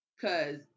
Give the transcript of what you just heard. cause